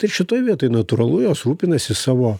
tai šitoj vietoj natūralu jos rūpinasi savo